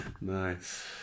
Nice